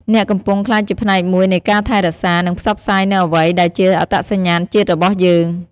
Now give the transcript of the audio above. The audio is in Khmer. អ្នកកំពុងក្លាយជាផ្នែកមួយនៃការថែរក្សា និងផ្សព្វផ្សាយនូវអ្វីដែលជាអត្តសញ្ញាណជាតិរបស់យើង។